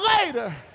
later